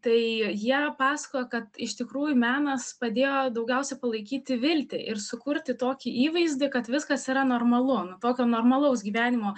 tai jie pasakojo kad iš tikrųjų menas padėjo daugiausiai palaikyti viltį ir sukurti tokį įvaizdį kad viskas yra normalu nu tokio normalaus gyvenimo